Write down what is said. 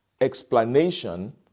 explanation